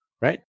right